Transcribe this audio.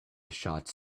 shots